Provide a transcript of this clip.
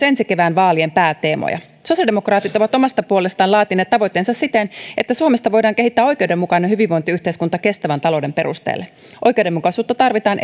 ensi kevään vaalien pääteemoja sosiaalidemokraatit ovat omasta puolestaan laatineet tavoitteensa siten että suomesta voidaan kehittää oikeudenmukainen hyvinvointiyhteiskunta kestävän talouden perusteelle oikeudenmukaisuutta tarvitaan